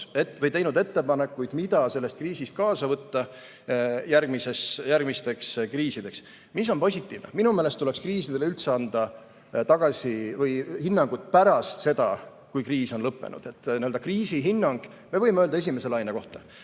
teinud ettepanekuid, mida sellest kriisist kaasa võtta järgmisteks kriisideks. Mis on positiivne? Minu meelest tuleks kriisidele üldse anda hinnang pärast seda, kui kriis on lõppenud. Kriisihinnangu me võime öelda esimese laine kohta